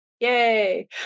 Yay